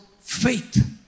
faith